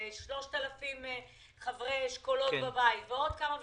ו-3,000 חברי אשכולות בבית ועוד כמה וכמה.